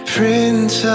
Prince